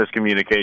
miscommunication